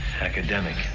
Academic